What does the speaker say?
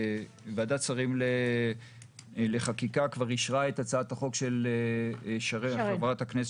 ועדת שרים לחקיקה כבר אישרה את הצעת החוק של חברת הכנסת